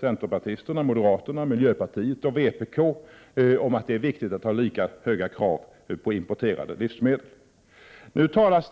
centerpartiet, moderaterna, miljöpartiet och vpk — om att det är viktigt att ha lika höga krav på importerade livsmedel som på svenska.